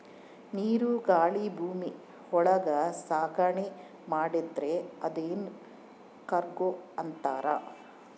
ನೀರು ಗಾಳಿ ಭೂಮಿ ಒಳಗ ಸಾಗಣೆ ಮಾಡಿದ್ರೆ ಅದುನ್ ಕಾರ್ಗೋ ಅಂತಾರ